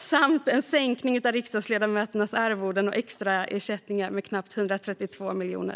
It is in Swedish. samt en sänkning av riksdagsledamöternas arvoden och extraersättningar med knappt 132 miljoner.